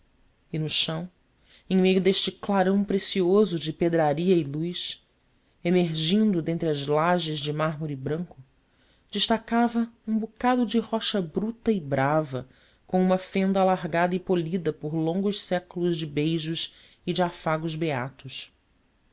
e no chão em meio deste clarão precioso de pedraria e luz emergindo dentre as lajes de mármore branco destacava um bocado de rocha bruta e brava com uma fenda alargada e polida por longos séculos de beijos e de afagos beatos